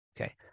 okay